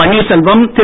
Panneerselvam Thiru